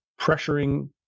pressuring